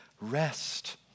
rest